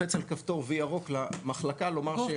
לוחץ על כפתור וי ירוק למחלקה לומר שהכול הוגש.